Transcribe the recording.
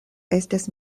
estis